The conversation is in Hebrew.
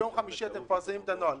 ביום חמישי תפרסמו את הנוהל.